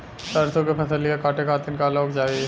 सरसो के फसलिया कांटे खातिन क लोग चाहिए?